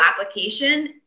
application